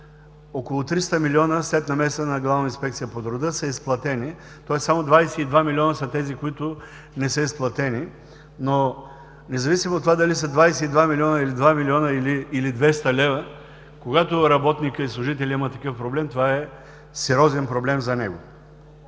около 300 милиона след намеса на Главна инспекция по труда, са изплатени. Тоест само 22 милиона са тези, които не са изплатени. Но независимо от това дали са 22 милиона, или 2 милиона, или 200 лв., когато работникът или служителят имат такъв проблем, това е сериозен проблем за него.